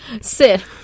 sit